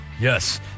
Yes